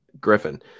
Griffin